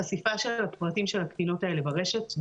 חשיפה של הפרטים של הקטינות האלה ברשת,